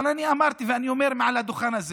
אני אמרתי ואני אומר מעל הדוכן הזה,